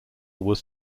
was